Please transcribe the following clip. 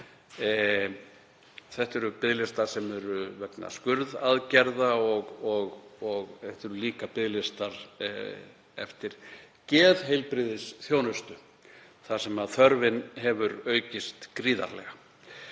Þetta eru biðlistar sem eru vegna skurðaðgerða og líka biðlistar eftir geðheilbrigðisþjónustu þar sem þörfin hefur aukist gríðarlega.